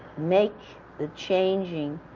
make the changing